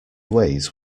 ways